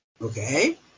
Okay